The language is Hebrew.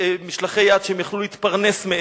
משלחי יד, שהם יכלו להתפרנס מהם.